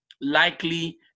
likely